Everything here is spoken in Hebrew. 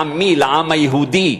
לעמי, לעם היהודי.